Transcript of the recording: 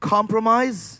Compromise